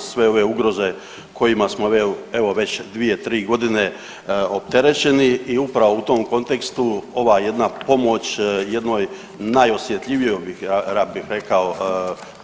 I sve ove ugroze kojima smo evo već dvije, tri godine opterećeni i upravo u tom kontekstu ova jedna pomoć jednoj najosjetljivijoj, ja bih rekao